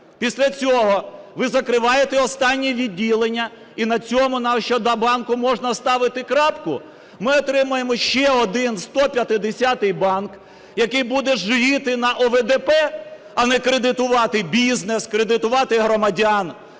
після цього ви закриваєте останнє відділення - і на цьому на Ощадбанку можна ставити крапку. Ми отримаємо ще один, 150-й банк, який буде жиріти на ОВДП, а не кредитувати бізнес, кредитувати громадян.